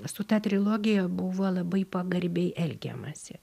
su ta trilogija buvo labai pagarbiai elgiamasi